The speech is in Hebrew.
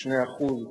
חמש יחידות בפיזיקה,